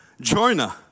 Jonah